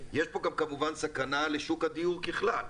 יש פה גם כמובן סכנה לשוק הדיור ככלל.